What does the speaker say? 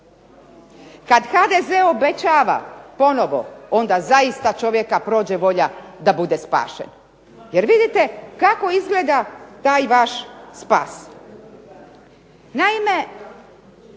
kada HDZ obećava ponovno, onda zaista čovjeka prođe volja da bude spašen. Jer vidite kako izgleda taj vaš saps.